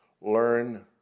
learn